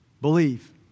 Believe